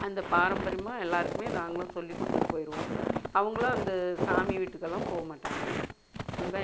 அந்த பாரம்பரியமாக எல்லாருக்குமே நாங்களும் சொல்லி கொடுத்துட்டு வருவோம் அவங்களும் அந்த சாமி வீட்டுக்கெல்லாம் போகமாட்டாங்க